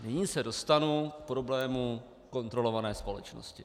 Nyní se dostanu k problému kontrolované společnosti.